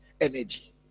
energy